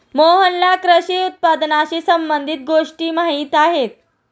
मोहनला कृषी उत्पादनाशी संबंधित गोष्टी माहीत आहेत